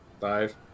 Five